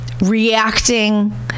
reacting